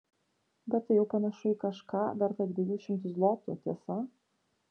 bet tai jau panašu į kažką vertą dviejų šimtų zlotų tiesa